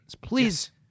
Please